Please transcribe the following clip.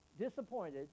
disappointed